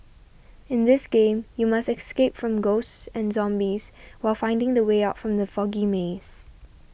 in this game you must escape from ghosts and zombies while finding the way out from the foggy maze